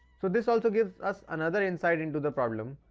so, this also gives us another insight into the problem.